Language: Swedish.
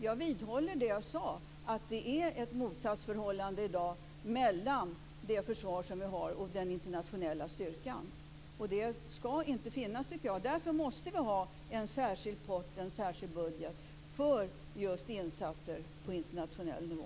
Jag vidhåller det jag sade, att det i dag råder ett motsatsförhållande mellan det försvar som vi har och den internationella styrkan, och det skall inte finnas, tycker jag. Därför måste vi ha en särskild pott, en särskild budget för just insatser på internationell nivå.